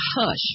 hush